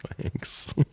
Thanks